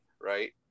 right